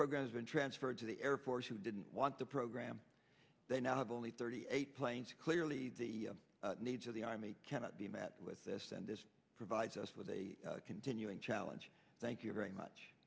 program has been transferred to the air force who didn't want the program they now have only thirty eight planes and clearly the needs of the army cannot be met with this and this provides us with a continuing challenge thank you very